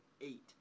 eight